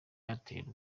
airtel